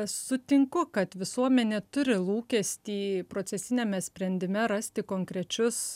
sutinku kad visuomenė turi lūkestį procesiniame sprendime rasti konkrečius